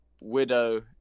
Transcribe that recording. Widow